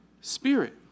Spirit